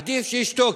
עדיף שישתוק.